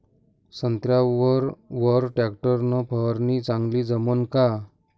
संत्र्यावर वर टॅक्टर न फवारनी चांगली जमन का?